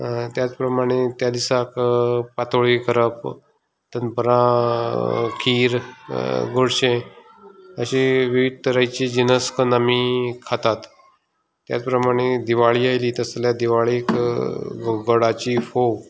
त्याच प्रमाणे त्या दिसाक पातोळी करप दनपरां खीर गोडशें अशे वेगवेगळी तरेची जिनस कन्न आमी खातात त्याच प्रमाणें दिवाळी आयली तस जाल्या दिवाळेक गोडाची फोव